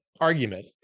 argument